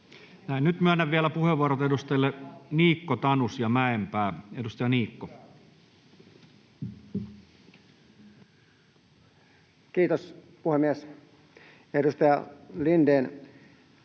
Nyt myönnän vielä puheenvuorot edustajille Niikko, Tanus ja Mäenpää. — Edustaja Niikko. [Speech 66] Speaker: